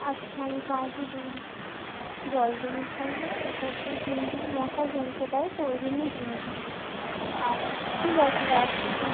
আচ্ছা আমি কাউকে বলছি জল জমে থাকলে এ করতে ডেঙ্গুর মশা জমছে তাই তো ওই জন্যই ডেঙ্গু হয়ে আচ্ছা ঠিক আছে রাখছি